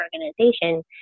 organization